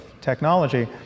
technology